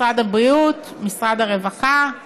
משרד הבריאות, משרד הרווחה,